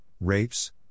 rapes